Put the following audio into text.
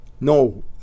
No